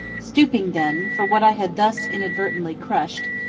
stooping, then, for what i had thus inadvertently crushed,